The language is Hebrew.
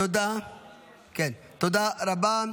תודה רבה.